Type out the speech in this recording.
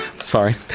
Sorry